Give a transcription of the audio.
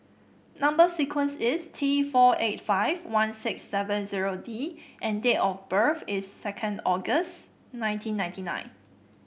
number sequence is T four eight five one six seven zero D and date of birth is second August nineteen ninety nine